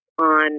on